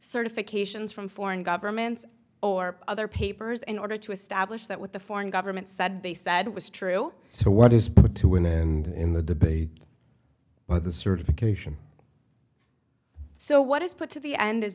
certifications from foreign governments or other papers in order to establish that with the foreign government said they said was true so what is put to an end in the debate by the certification so what is put to the end is